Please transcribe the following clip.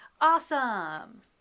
Awesome